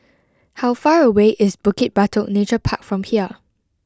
how far away is Bukit Batok Nature Park from here